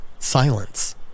silence